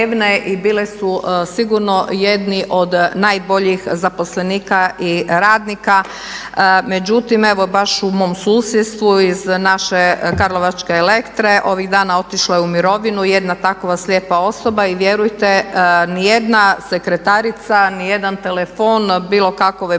i bile su sigurno jedni od najboljih zaposlenika i radnika. Međutim, evo baš u mom susjedstvu iz naše karlovačke Elektre ovih dana otišlo je u mirovinu jedna takova slijepa osoba i vjerujte ni jedna sekretarica, ni jedan telefon bilo kakove